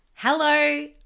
Hello